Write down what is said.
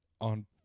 on